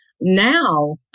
Now